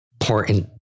important